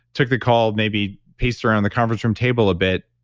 took the call, maybe paced around the conference room table a bit,